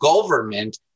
government